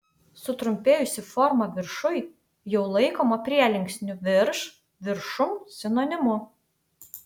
sutrumpėjusi forma viršuj jau laikoma prielinksnių virš viršum sinonimu